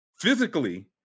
physically